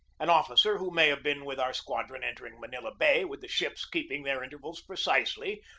an officer who may have been with our squadron enter ing manila bay, with the ships keeping their inter vals precisely,